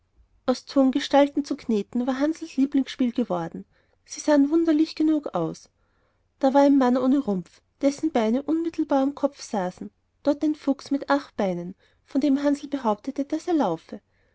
aus ton gestalten zu kneten war hansls lieblingsspiel geworden sie sahen wunderlich genug aus da war ein mann ohne rumpf dessen beine unmittelbar am kopfe saßen dort ein fuchs mit acht beinen von dem hansl behauptete daß er laufe